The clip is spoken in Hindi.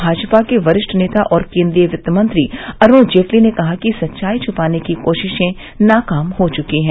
भाजपा के वरिष्ठ नेता और केन्द्रीय वित्त मंत्री अरूण जेटली ने कहा कि सच्चाई छुपाने की कोशिशें नाकाम हो चुकी हैं